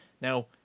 Now